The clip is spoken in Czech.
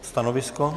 Stanovisko?